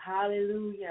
Hallelujah